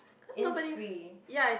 in free